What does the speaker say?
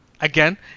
again